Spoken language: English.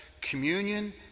communion